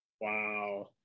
Wow